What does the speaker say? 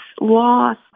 loss